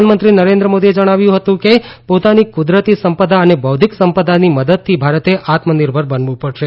પ્રધાનમંત્રી નરેન્દ્ર મોદીએ જણાવ્યું છે કે પોતાની કુદરતી સંપદા અને બૌધ્ધિક સંપદાની મદદથી ભારતે આત્મનિર્ભર બનવું પડશે